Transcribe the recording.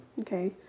okay